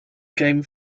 game